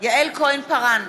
יעל כהן-פארן,